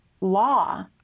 law